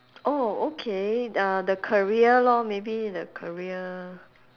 oh okay uh the career lor maybe the career